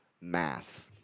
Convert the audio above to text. mass